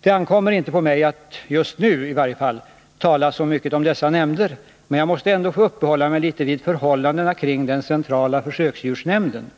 Det ankommer inte på mig, i varje fall inte just nu, att tala så mycket om dessa nämnder — men jag måste ändå få uppehålla mig litet vid förhållandena kring den centrala försöksdjursnämnden.